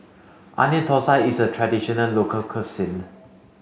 onion Thosai is a traditional local cuisine